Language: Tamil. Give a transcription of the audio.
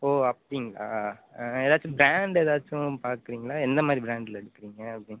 ஓ அப்படிங்களா ஏதாச்சும் ப்ராண்ட் ஏதாச்சும் பார்க்குறீங்களா எந்த மாதிரி ப்ராண்டில் எடுக்குறீங்க அப்படின்னு